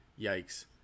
yikes